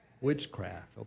Witchcraft